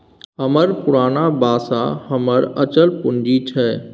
हमर पुरना बासा हमर अचल पूंजी छै